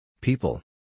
People